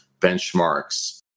benchmarks